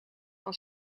van